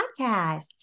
Podcast